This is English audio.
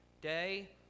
day